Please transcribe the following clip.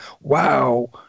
wow